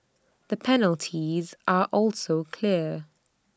the penalties are also clear